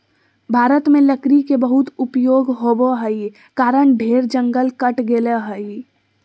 भारत में लकड़ी के बहुत उपयोग होबो हई कारण ढेर जंगल कट गेलय हई